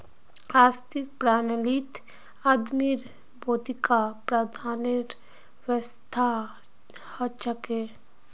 आर्थिक प्रणालीत आदमीर भौतिक प्रावधानेर व्यवस्था हछेक